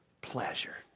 pleasure